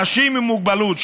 אנשים עם מוגבלות,